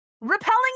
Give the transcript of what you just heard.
repelling